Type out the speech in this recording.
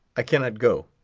i cannot go,